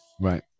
Right